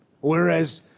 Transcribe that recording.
Whereas